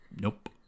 Nope